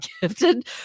gifted